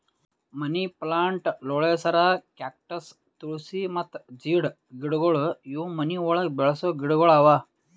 ಮನಿ plant, ಲೋಳೆಸರ, cactus, tulsi ಮತ್ತ ಜೀಡ್ ಗಿಡಗೊಳ್ ಇವು ಮನಿ ಒಳಗ್ ಬೆಳಸ ಗಿಡಗೊಳ್ ಅವಾ